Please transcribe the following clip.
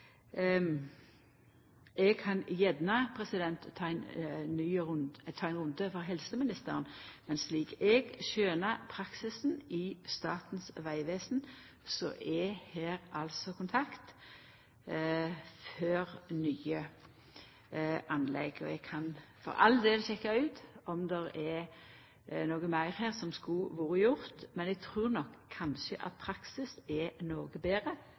Eg kan gjerne ta ein runde med helseministeren, men slik eg skjøner praksisen i Statens vegvesen, er det kontakt i forkant av nye anlegg. Eg kan for all del sjekka ut om det er noko meir her som skulle ha vore gjort, men eg trur nok at praksisen er noko betre